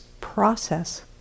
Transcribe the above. process